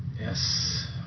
yes